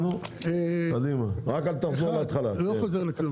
רק אל תחזור להתחלה.